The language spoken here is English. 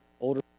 older